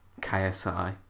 KSI